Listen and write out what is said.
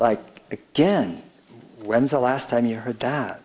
you again when's the last time you heard that